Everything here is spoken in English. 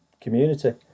community